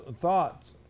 thoughts